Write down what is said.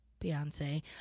Beyonce